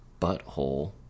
Butthole